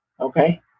okay